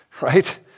right